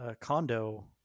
condo